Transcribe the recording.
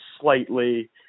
slightly